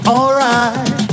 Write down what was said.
Alright